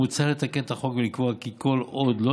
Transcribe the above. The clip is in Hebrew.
מוצע לתקן את החוק ולקבוע כי כל עוד לא